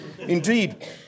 Indeed